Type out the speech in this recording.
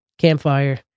campfire